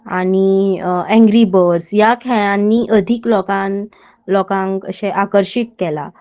आनी Angry Birds ह्या खेळांनी अदीक लोकांक लोकांक अशें आकर्शीत केलां